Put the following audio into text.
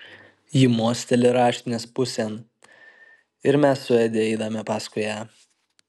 ji mosteli raštinės pusėn ir mes su edi einame paskui ją